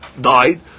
died